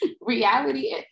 Reality